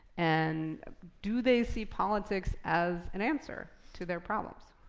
and do they see politics as an answer to their problems?